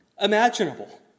imaginable